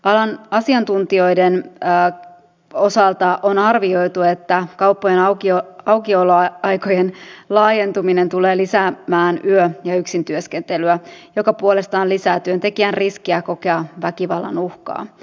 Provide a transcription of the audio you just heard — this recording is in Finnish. alan asiantuntijoiden osalta on arvioitu että kauppojen aukioloaikojen laajentuminen tulee lisäämään yö ja yksintyöskentelyä mikä puolestaan lisää työntekijän riskiä kokea väkivallan uhkaa